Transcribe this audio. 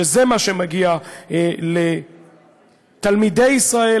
שזה מה שמגיע לתלמידי ישראל,